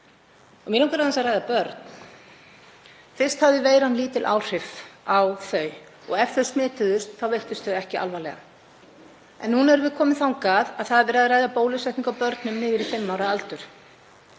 Mig langar aðeins að ræða börn. Fyrst hafði veiran lítil áhrif á þau. Ef þau smituðust veiktust þau ekki alvarlega. En núna erum við komin þangað að það er verið að ræða bólusetningu á börnum niður í fimm ára aldur.